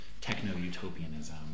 techno-utopianism